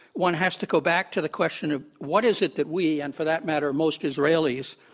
one has to go back to the question of what is it that we, and for that matter, most israelis,